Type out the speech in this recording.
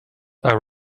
are